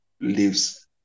leaves